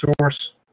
source